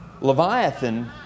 Leviathan